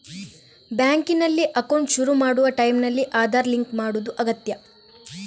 ಬ್ಯಾಂಕಿನಲ್ಲಿ ಅಕೌಂಟ್ ಶುರು ಮಾಡುವ ಟೈಂನಲ್ಲಿ ಆಧಾರ್ ಲಿಂಕ್ ಮಾಡುದು ಅಗತ್ಯ